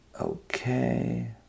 Okay